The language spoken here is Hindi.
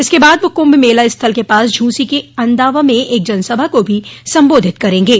इसके बाद वह कुंभ मेला स्थल के पास झूसी के अंदावा में एक जनसभा को भी संबोधित करेंगे